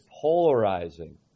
polarizing